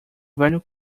velho